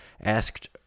asked